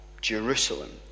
Jerusalem